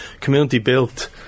community-built